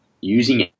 using